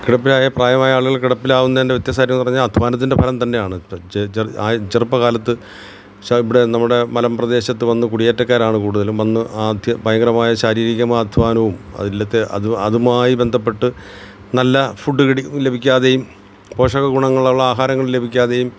കിടപ്പിലായ പ്രായമായ ആളുകൾ കിടപ്പിലാവുന്നതിൻ്റെ വ്യത്യസ്തത ൻ്റെ പറഞ്ഞാൽ അധ്വാനത്തിൻ്റെ ഭാഗം തന്നെയാണ് ചെറുപ്പകാലത്ത് ശ ഇവിടെ നമ്മുടെ മലമ്പ്രദേശത്ത് വന്ന് കുടിയേറ്റക്കാരാണ് കൂടുതലും വന്ന് ആദ്യ ഭയങ്കരമായ ശാരീരികമായ അധ്വാനവും ഇല്ലത്തെ അത് അതുമായി ബന്ധപ്പെട്ട നല്ല ഫുഡ് കി ലഭിക്കാതെയും പോഷകഗുണങ്ങളുള്ള ആഹാരം ലഭിക്കാതെയും